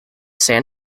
san